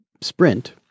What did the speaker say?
sprint